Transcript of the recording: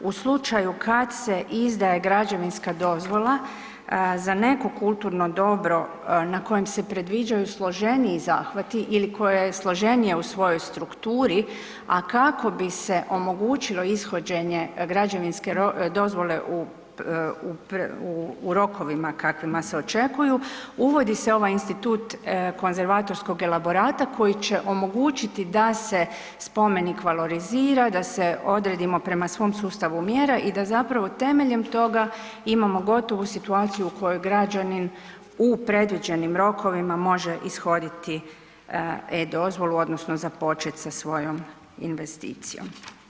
U slučaju kad se izdaje građevinska dozvola za neko kulturno dobro na kojem se predviđaju složeniji zahvati ili koje je složenije u svojoj strukturi, a kako bi se omogućilo ishođenje građevinske dozvole u rokovima kakvima se očekuju, uvodi se ovaj institut konzervatorskog elaborata koji će omogućiti da se spomenik valorizira, da se odredimo prema svom sustavu mjera i da zapravo temeljem toga imamo gotovu situaciju u kojoj građanin u predviđenim rokovima može ishoditi e-Dozvolu odnosno započeti sa svojom investicijom.